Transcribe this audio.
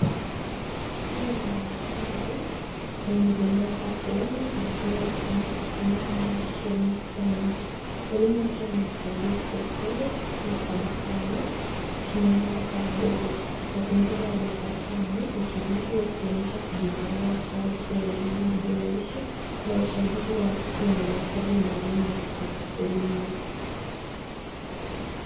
Huyu ni mwanafunzi mwenye ulemavu wa kuona akijiifunga kusoma kwa kutumia maandishi ya nukta nundu. Mwalimu wake anamsaidia kwa upole na tabasamu, akimwongoza kwa vidole. Mazingira ya darasani ni tulivu yakionyesha kujitolea kwa ajili ya elimu jumuishi na usaidizi wa watoto wenye mahitaji maalum ya kielimu.